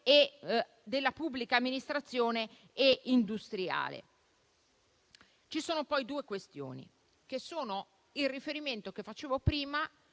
della pubblica amministrazione e industriale. Ci sono poi due questioni relative al riferimento che facevo prima